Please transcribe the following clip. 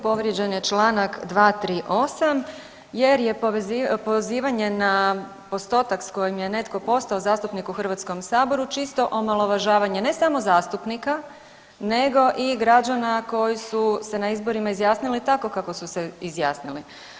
Povrijeđen je Članak 238., jer je pozivanje na postotak s kojim je netko postao zastupnik u Hrvatskom saboru čisto omalovažavanje ne samo zastupnika nego i građana koji su se na izborima izjasnili tako kako su se izjasnili.